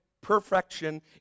perfection